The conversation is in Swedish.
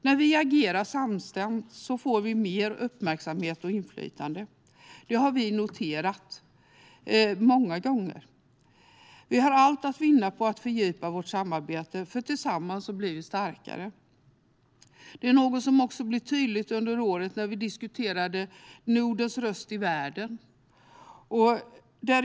När vi agerar samstämt får vi mer uppmärksamhet och inflytande. Det har vi noterat många gånger. Vi har allt att vinna på att fördjupa vårt samarbete, för tillsammans blir vi starkare. Det blev också tydligt när vi under året diskuterade Nordens röst i världen.